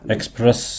Express